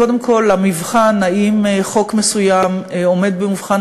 קודם כול המבחן האם חוק מסוים עומד במבחן